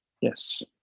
Yes